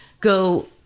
go